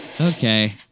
Okay